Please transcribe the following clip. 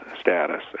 status